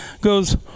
goes